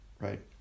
right